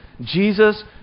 Jesus